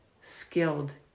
skilled